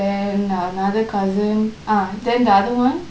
then another cousin ah then the other one